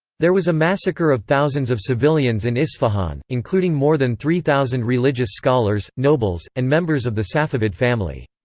there was a massacre of thousands of civilians in isfahan including more than three thousand religious scholars, nobles, and members of the safavid family.